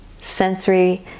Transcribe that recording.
sensory